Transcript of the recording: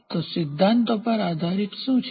તો સિદ્ધાંતો પર આધારિત શું છે